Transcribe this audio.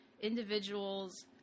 individual's